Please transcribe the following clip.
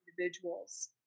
individuals